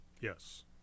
Yes